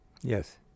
Yes